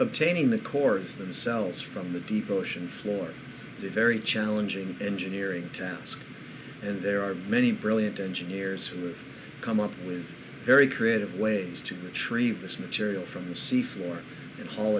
obtaining the cores themselves from the deep ocean floor to very challenging engineering task and there are many brilliant engineers who come up with very creative ways to retrieve this material from the sea floor and ha